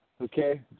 Okay